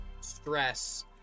stress